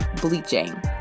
bleaching